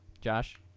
Josh